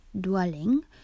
dwelling